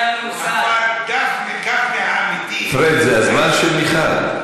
אבל גפני האמיתי, פריג', זה הזמן של מיכל.